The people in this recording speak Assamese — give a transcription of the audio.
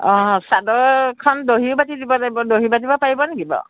অঁ চাদৰখন দহিও বাতি দিব লাগিব দহি বাতিব পাৰিব নেকি বাৰু